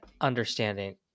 understanding